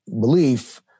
belief